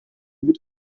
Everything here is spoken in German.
wird